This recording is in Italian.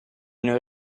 non